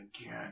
again